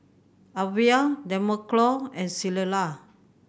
Alvia Demarco and Clella